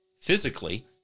physically